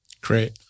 Great